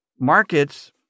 markets